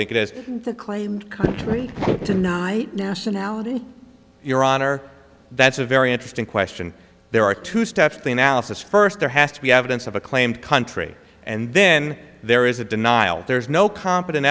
the claimed country tonight nationality your honor that's a very interesting question there are two steps to analysis first there has to be evidence of a claimed country and then there is a denial there's no compet